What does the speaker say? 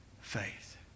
faith